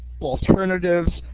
alternatives